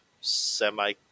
semi